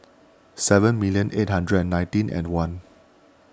seven million eight hundred and nineteen and one